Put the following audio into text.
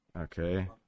okay